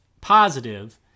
positive